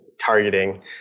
targeting